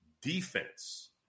defense